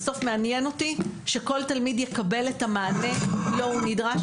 בסוף מעניין אותי שכל תלמיד יקבל את המענה לו הוא נדרש